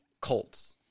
Colts